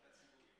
את הציבוריים.